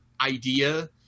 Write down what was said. idea